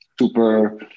super